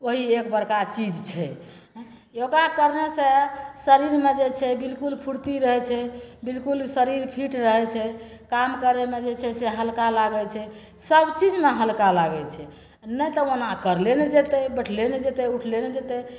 ओही एक बड़का चीज छै योगा करनेसे शरीरमे जे छै बिलकुल फुरती रहै छै बिलकुल शरीर फिट रहै छै काम करैमे जे छै से हल्का लागै छै सबचीजमे हल्का लागै छै नहि तऽ ओना करले नहि जएतै बैठले नहि जएतै उठले नहि जएतै